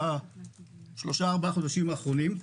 ארבעה חודשים האחרונים.